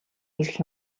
ирэх